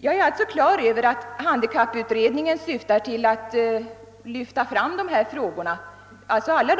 Jag är helt på det klara med att handikapputredningen syftar till att föra alla